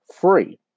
free